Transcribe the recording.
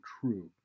true